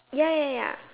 ya ya ya ya